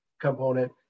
component